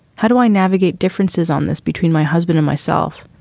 how do i navigate differences on this between my husband or myself?